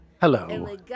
Hello